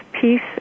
peace